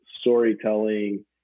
storytelling